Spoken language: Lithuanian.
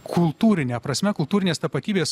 kultūrine prasme kultūrinės tapatybės